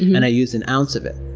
and i used an ounce of it.